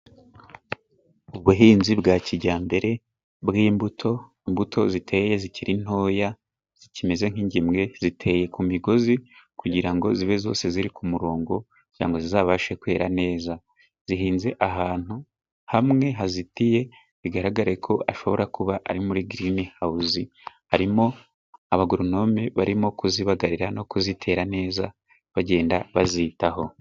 Ubuhinzi bwa kijyambere bw'imbuto. Imbuto ziteye zikiri ntoya zikimeze nk'ingemwe. Ziteye ku migozi kugira ngo zibe zose ziri ku murongo, kugira ngo zizabashe kwera neza. Zihinze ahantu hamwe hazitiye, bigaragare ko hashobora kuba ari muri girini hawuzi(green house). harimo abagoronome barimo kuzibagarira no kuzitera neza, bagenda bazitaho.